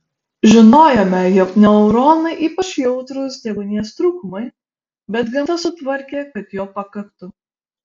žinojome jog neuronai ypač jautrūs deguonies trūkumui bet gamta sutvarkė kad jo pakaktų